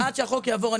אבל עד שהחוק יעבור,